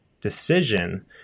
decision